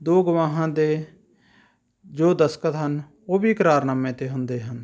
ਦੋ ਗਵਾਹਾਂ ਦੇ ਜੋ ਦਸਤਖ਼ਤ ਹਨ ਉਹ ਵੀ ਇਕਰਾਰਨਾਮੇ 'ਤੇ ਹੁੰਦੇ ਹਨ